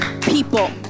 people